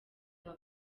aba